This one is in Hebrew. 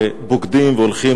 ובוגדים והולכים,